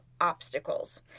obstacles